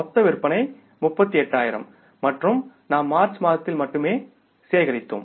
மொத்த விற்பனை 38000 மற்றும் நாம் மார்ச் மாதத்தில் மட்டுமே சேகரித்தோம்